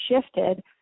shifted